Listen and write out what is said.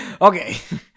Okay